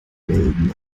melden